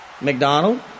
McDonald